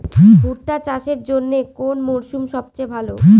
ভুট্টা চাষের জন্যে কোন মরশুম সবচেয়ে ভালো?